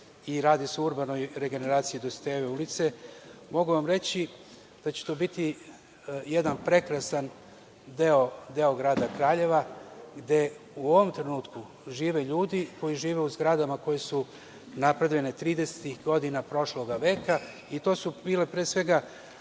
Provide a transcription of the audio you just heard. i radi se o urbanoj regeneraciji Dositejeve ulice, mogu vam reći da će to biti jedan prekrasan deo grada Kraljeva, gde u ovom trenutku žive ljudi koji žive u zgradama koje su napravljene 30-ih godina prošlog veka, i to su bile pre svega